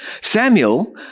Samuel